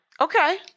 Okay